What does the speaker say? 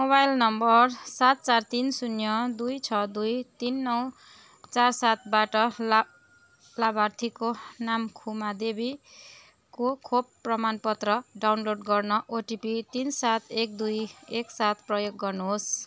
mobile number सात चार तिन शून्य दुई छ दुई तिन नौ चार सातबाट ला लाभार्थीको नाम खुमा देवी को खोप प्रमाणपत्र डाउनलोड गर्न ओटिपी तिन सात एक दुई एक सात प्रयोग गर्नुहोस्